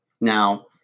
Now